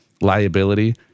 liability